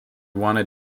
wanted